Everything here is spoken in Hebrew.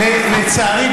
לצערי,